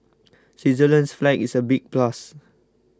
Switzerland's flag is the big plus